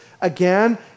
again